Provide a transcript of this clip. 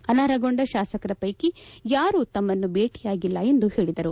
ಅನರ್ಪಗೊಂಡ ಶಾಸಕರ ಪೈಕಿ ಯಾರೂ ತಮ್ಮನ್ನು ಭೇಟಿಯಾಗಿಲ್ಲ ಎಂದು ಹೇಳಿದರು